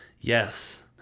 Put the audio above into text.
yes